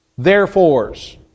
therefores